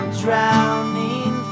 drowning